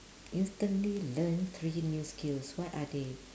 instantly learn three new skills what are they